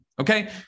Okay